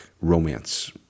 romance